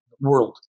world